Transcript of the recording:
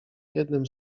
jednym